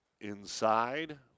inside